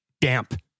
Damp